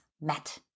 met